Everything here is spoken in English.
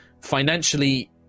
financially